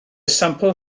sampl